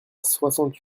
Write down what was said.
soixante